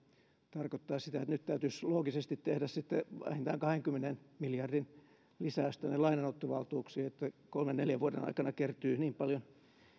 tarkoittaisi sitä että nyt täytyisi loogisesti tehdä sitten vähintään kahdenkymmenen miljardin lisäys tänne lainanottovaltuuksiin sillä kolmen neljän vuoden aikana kertyisi niin paljon